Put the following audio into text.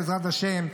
בעזרת השם,